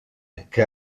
que